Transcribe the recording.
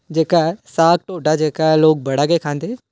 साग ढोडा जेह्का ऐ लोक बड़ा गै खंदे